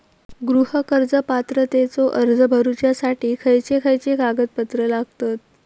गृह कर्ज पात्रतेचो अर्ज भरुच्यासाठी खयचे खयचे कागदपत्र लागतत?